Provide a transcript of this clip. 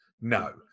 no